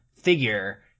figure